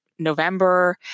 November